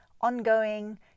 ongoing